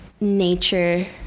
Nature